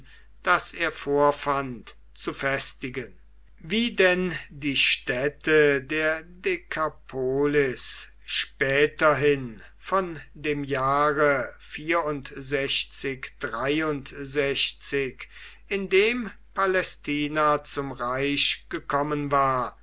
das er vorfand zu festigen wie denn die städte der dekapolis späterhin von dem jahre in dem palästina zum reich gekommen war